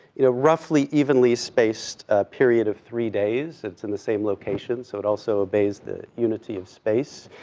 you know, roughly, evenly spaced period of three days, it's in the same location, so it also obeys the unity of space,